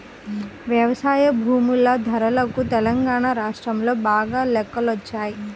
వ్యవసాయ భూముల ధరలకు తెలంగాణా రాష్ట్రంలో బాగా రెక్కలొచ్చాయి